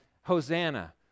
Hosanna